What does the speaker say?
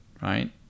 right